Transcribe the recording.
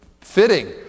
fitting